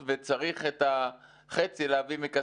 הביטחון וזה מהווה כשלושה אחוזים תקורות מסך הגיוס.